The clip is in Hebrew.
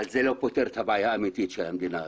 אבל זה לא פותר את הבעיה האמתית של המדינה הזו,